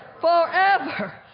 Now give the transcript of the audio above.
forever